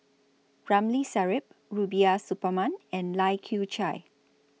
Ramli Sarip Rubiah Suparman and Lai Kew Chai